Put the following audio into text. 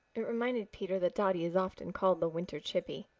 it reminded peter that dotty is often called the winter chippy.